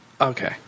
Okay